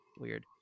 weird